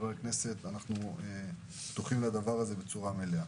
אנחנו פתוחים לזה בצורה מלאה.